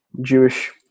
Jewish